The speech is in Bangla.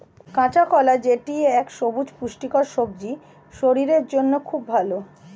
কাঁচা কলা যেটি এক পুষ্টিকর সবজি শরীরের জন্য খুব ভালো